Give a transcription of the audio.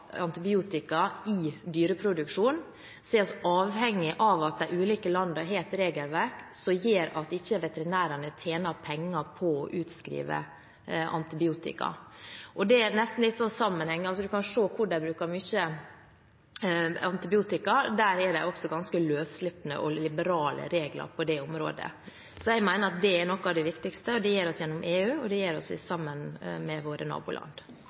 antibiotika i dyreproduksjonen, er vi avhengig av at de ulike land har et regelverk som gjør at ikke veterinærene tjener penger på å skrive ut antibiotika. Det er nesten litt sammenheng – man kan se hvor man bruker mye antibiotika, og der er det også ganske «løsslupne» og liberale regler på det området. Så jeg mener at dette er noe av det viktigste, og det gjør vi gjennom EU, og det gjør vi sammen med våre naboland.